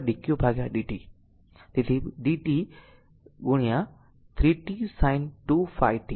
તેથી ddt of 3 t sin 2ϕt તેથી આ 2πt છે